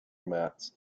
mats